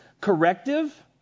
corrective